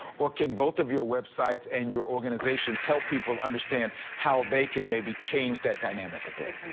or can both of your web sites and your organizations help people understand how they can maybe change that dynamic a bit?